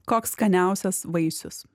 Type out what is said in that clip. koks skaniausias vaisius